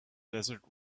desert